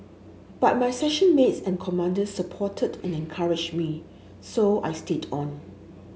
but my section mates and commanders supported and encouraged me so I stayed on